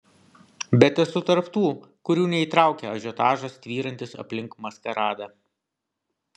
bet esu tarp tų kurių neįtraukia ažiotažas tvyrantis aplink maskaradą